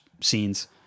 scenes